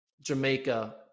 Jamaica